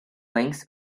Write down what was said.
links